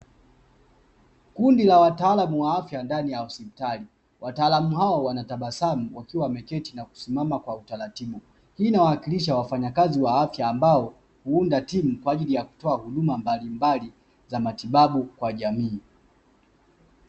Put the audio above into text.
Kundi la wataalamu wa afya ndani ya hospitali. Wataalamu hao wanatabasamu wakiwa wameketi na kusimama kwa utaratibu, hii inawakilisha wafanyakazi wa afya ambao huunda timu kwa ajili ya kutoa huduma mbalimbali za matibabu kwa jamii.